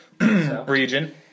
region